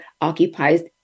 occupies